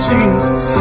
Jesus